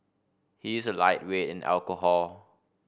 he is a lightweight in alcohol